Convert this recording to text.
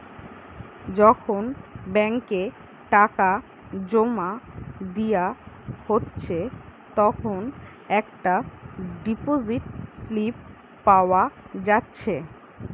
যখন ব্যাংকে টাকা জোমা দিয়া হচ্ছে তখন একটা ডিপোসিট স্লিপ পাওয়া যাচ্ছে